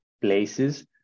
places